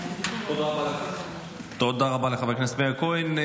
תודה רבה לחבר הכנסת מאיר כהן.